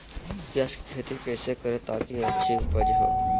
प्याज की खेती कैसे करें ताकि अच्छी उपज हो?